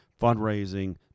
fundraising